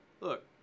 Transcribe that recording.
Look